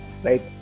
Right